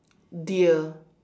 deer